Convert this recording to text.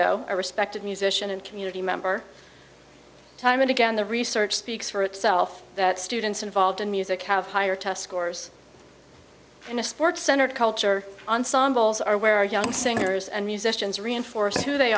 a respected musician and community member time and again the research speaks for itself that students involved in music have higher test scores in a sports center culture ensembles are where young singers and musicians reinforce who they